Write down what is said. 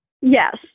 Yes